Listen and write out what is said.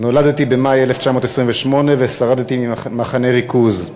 נולדתי במאי 1928 ושרדתי מחנה ריכוז.